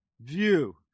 view